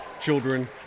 children